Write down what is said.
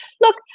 look